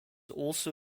also